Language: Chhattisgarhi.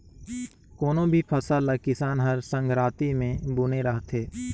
कोनो भी फसल ल किसान हर संघराती मे बूने रहथे